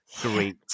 great